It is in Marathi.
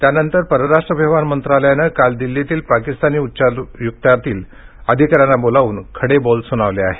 त्यानंतर परराष्ट्र व्यवहार मंत्रालयानंत काल दिल्लीतील पाकिस्तानी उच्चायुक्तालयातील अधिका यांना बोलावून खडे बोल सुनावले आहेत